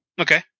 Okay